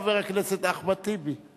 חבר הכנסת אחמד טיבי.